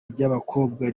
ry’abakobwa